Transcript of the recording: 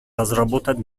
разработать